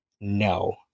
No